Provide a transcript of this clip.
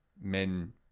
Men